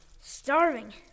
Starving